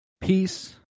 Peace